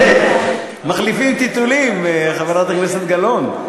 שעוד מחליפים טיטולים, חברת הכנסת גלאון.